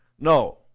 no